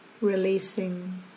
releasing